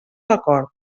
acord